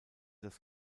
das